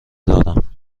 دارم